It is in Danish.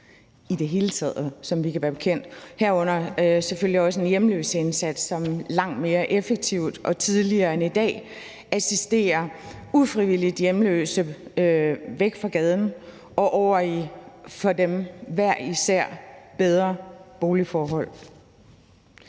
udsatteindsats, som vi kan være bekendt, herunder selvfølgelig også en hjemløseindsats, som langt mere effektivt og tidligere end i dag assisterer ufrivilligt hjemløse væk fra gaden og over i for dem hver især bedre boligforhold.